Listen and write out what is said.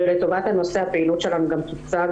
ולטובת הנושא הפעילות שלנו גם תוצג